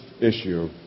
issue